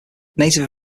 native